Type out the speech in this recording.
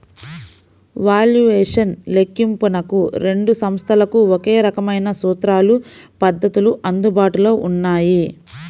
valuation లెక్కింపునకు రెండు సంస్థలకు ఒకే రకమైన సూత్రాలు, పద్ధతులు అందుబాటులో ఉన్నాయి